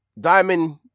diamond